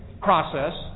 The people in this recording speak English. process